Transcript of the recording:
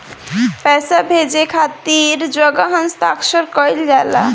पैसा भेजे के खातिर कै जगह हस्ताक्षर कैइल जाला?